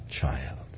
child